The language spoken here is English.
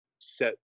set